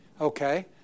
Okay